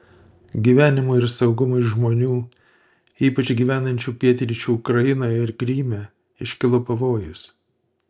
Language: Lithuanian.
gyvenimui ir saugumui žmonių ypač gyvenančių pietryčių ukrainoje ir kryme iškilo pavojus